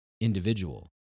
individual